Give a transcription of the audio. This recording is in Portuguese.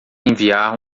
enviar